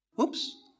Oops